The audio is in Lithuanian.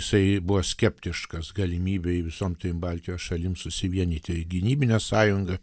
jisai buvo skeptiškas galimybei visom trim baltijos šalim susivienyti į gynybinę sąjungą